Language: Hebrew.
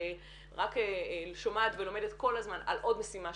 כל פעם אנחנו שומעות על תוכנית כזאת או על תוכנית אחרת.